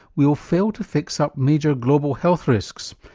we'll fail to fix up major global health risks.